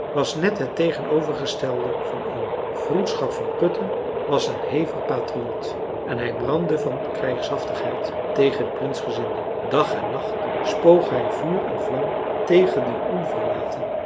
was net het tegenovergestelde van oom vroedschap van putten was een hevig patriot en hij brandde van krijgshaftigheid tegen de prinsgezinden dag en nacht spoog hij vuur en vlam tegen die